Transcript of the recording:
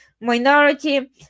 minority